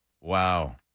Wow